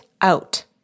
out